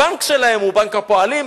הבנק שלהם הוא בנק הפועלים,